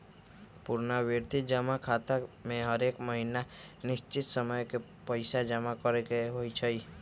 पुरनावृति जमा खता में हरेक महीन्ना निश्चित समय के पइसा जमा करेके होइ छै